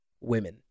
women